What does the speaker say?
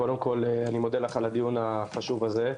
קודם כל, אני מודה לך על הדיון החשוב הזה.